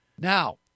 Now